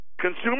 consumer